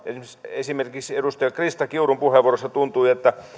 esimerkiksi edustaja krista kiurun puheenvuorossa tuntui että